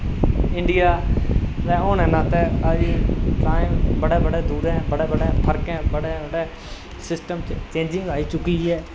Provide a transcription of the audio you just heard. India दे होने दे नात्तै टाईम बड़ै बड़ै दूरैं बड़े बड़े फर्कें सिस्टम च चेंजिंग आई चुकी ऐ